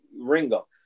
Ringo